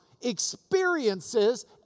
experiences